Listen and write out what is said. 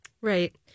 Right